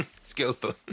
Skillful